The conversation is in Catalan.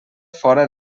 fora